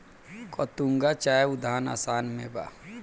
गतूंगा चाय उद्यान आसाम में बा